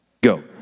Go